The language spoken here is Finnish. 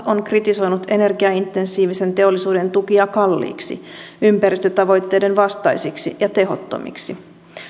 on kritisoinut energiaintensiivisen teollisuuden tukia kalliiksi ympäristötavoitteiden vastaisiksi ja tehottomiksi